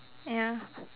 ya